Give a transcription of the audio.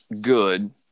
good